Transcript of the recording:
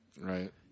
Right